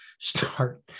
start